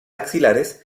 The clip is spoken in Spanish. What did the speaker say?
axilares